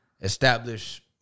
establish